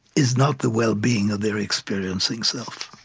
is not the well-being of their experiencing self.